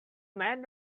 man